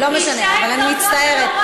אני מצטערת.